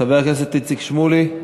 חבר הכנסת איציק שמולי,